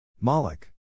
Moloch